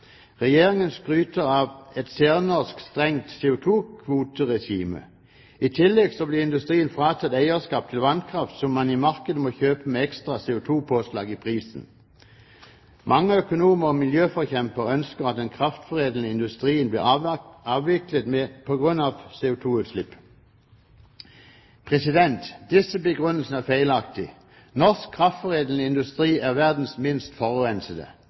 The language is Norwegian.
Regjeringen skryter av et særnorsk strengt CO2-kvoteregime. I tillegg blir industrien fratatt eierskap til vannkraft som man i markedet må kjøpe med et ekstra CO2-påslag i prisen. Mange økonomer og miljøforkjempere ønsker at den kraftforedlende industrien blir avviklet på grunn av CO2-utslipp. Disse begrunnelsene er feilaktige. Norsk kraftforedlende industri er verdens minst